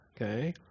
okay